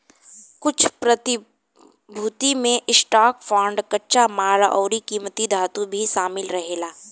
कुछ प्रतिभूति में स्टॉक, बांड, कच्चा माल अउरी किमती धातु भी शामिल रहेला